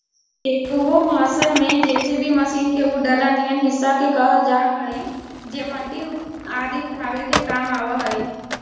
backhoe असल में JCB machine के उ डला निअन हिस्सा के कहल जा हई जे मट्टी आदि उठावे के काम आवऽ हई